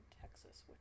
texas